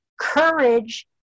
courage